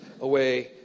away